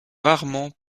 rarement